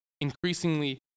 increasingly